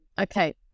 Okay